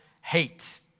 hate